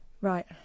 Right